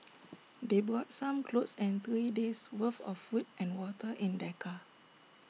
they brought some clothes and three days' worth of food and water in their car